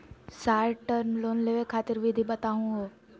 Short term loan लेवे खातीर विधि बताहु हो?